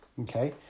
okay